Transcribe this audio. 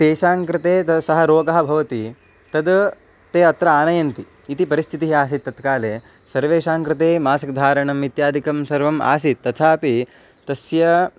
तेषाङ्कृते त सः रोगः भवति तद् ते अत्र आनयन्ति इति परिस्थितिः आसीत् तत्काले सर्वेषाङ्कृते मासिकधारणम् इत्यादिकं सर्वम् आसीत् तथापि तस्य